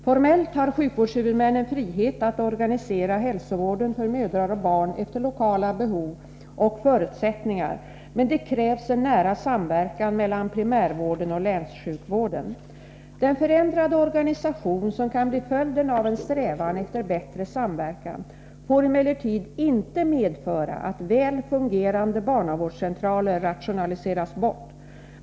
Formellt har sjukvårdshuvudmännen frihet att organisera hälsovården för mödrar och barn efter lokala behov och förutsättningar, men det krävs en nära samverkan mellan primärvården och länssjukvården. Den förändrade organisation som kan bli följden av en strävan efter bättre samverkan får emellertid inte medföra att väl fungerande barnavårdscentraler rationalise ras bort.